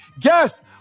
guess